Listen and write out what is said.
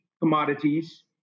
commodities